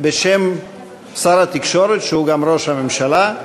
בשם שר התקשורת, שהוא גם ראש הממשלה,